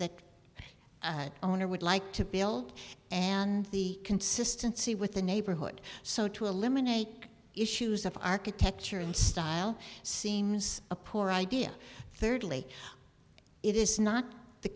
that owner would like to build and the consistency with the neighborhood so to eliminate issues of architecture and style seems a poor idea thirdly it is not the